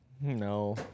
No